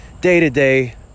Day-to-day